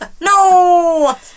No